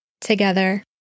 Together